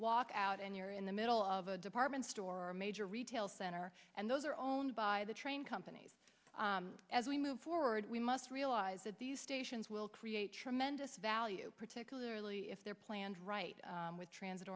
walk out and you're in the middle of a department store major retail center and those are owned by the train companies as we move forward we must realize that these stations will create tremendous value particularly if they're planned right with transit